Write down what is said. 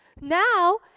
Now